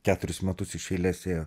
keturis metus iš eilės ėjo